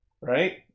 Right